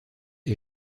est